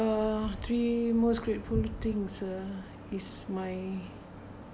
the three most gratefully thing uh is my